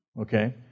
okay